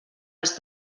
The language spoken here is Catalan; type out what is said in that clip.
els